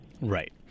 Right